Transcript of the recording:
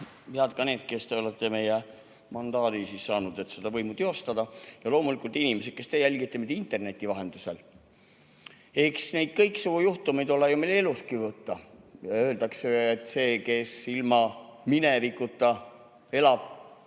head ka need, kes te olete meie mandaadi saanud, et seda võimu teostada! Ja loomulikult inimesed, kes te jälgite meid interneti vahendusel! Eks neid kõiksugu juhtumeid ole ju meil elustki võtta. Öeldakse ju, et see, kes ilma minevikuta elab,